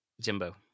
Jimbo